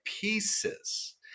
pieces